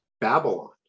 Babylon